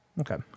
okay